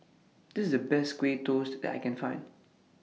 This IS The Best Kaya Toast that I Can Find